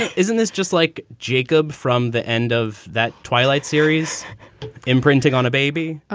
isn't this just like jacob from the end of that twilight series imprinting on a baby?